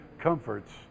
comforts